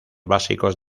básicos